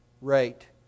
rate